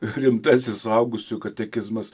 rimtasis suaugusių katekizmas